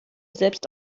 selbst